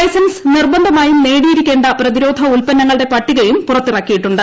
licence നിർബന്ധമായും നേടിയിരിക്കേണ്ട പ്രതിരോധ ഉൽപ്പന്നങ്ങളുടെ പട്ടികയും പുറത്തിറക്കിയിട്ടുണ്ട്